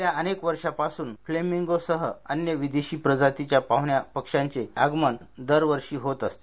गेल्या अनेक वर्षांपासून पासून फ्लेमिंगो सह अन्य विदेशी प्रजातीच्या पाहृण्या पक्षांचे आवागमन दरवर्षी होत असते